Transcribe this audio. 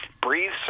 Breathe